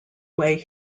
way